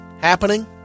happening